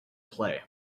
play